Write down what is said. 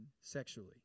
sexually